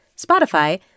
Spotify